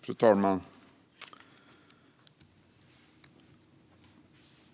Fru talman!